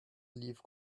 leave